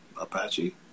Apache